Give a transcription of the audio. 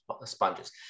sponges